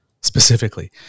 specifically